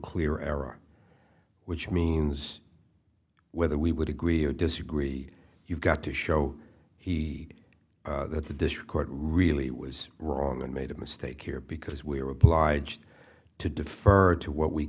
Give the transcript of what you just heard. clear error which means whether we would agree or disagree you've got to show he that the district court really was wrong and made a mistake here because we are obliged to defer to what we